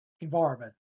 environment